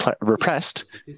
repressed